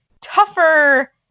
tougher